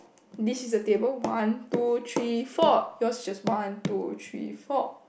this is a table one two three four yours is just one two three four